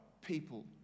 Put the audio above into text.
people